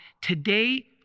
Today